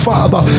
Father